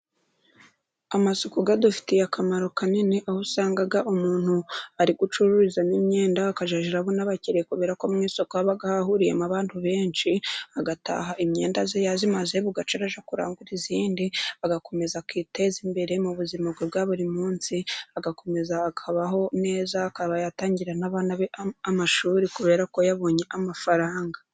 Amasuku adufitiye akamaro kanini, aho usanga umuntu ari gucururiza imyenda akazajya arabona abakiriye, kubera ko mu isoko haba hahuriyemo abantu benshi agataha imyenda ze yazimaze bugaca ajya kurangura iyindi, agakomeza akiteza imbere mu buzima bwa buri munsi agakomeza akabaho neza akaba yatangira n' abana be amashuri kubera ko yabonye amafaranga.